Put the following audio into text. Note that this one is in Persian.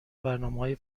برنامههای